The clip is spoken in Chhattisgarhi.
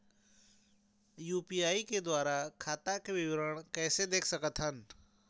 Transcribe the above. यू.पी.आई के द्वारा खाता के विवरण कैसे देख सकत हन?